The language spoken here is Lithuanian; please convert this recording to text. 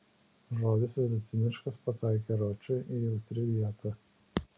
žodis vidutiniškas pataikė ročui į jautri vietą